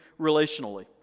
relationally